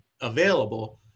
available